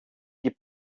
die